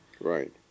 right